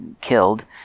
killed